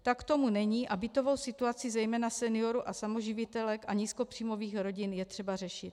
Tak tomu není, bytovou situaci zejména seniorů a samoživitelek a nízkopříjmových rodin je třeba řešit.